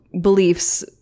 beliefs